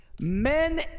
Men